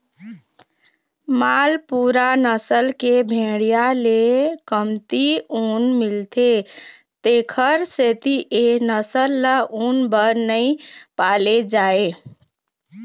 मालपूरा नसल के भेड़िया ले कमती ऊन मिलथे तेखर सेती ए नसल ल ऊन बर नइ पाले जाए